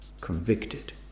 convicted